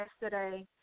yesterday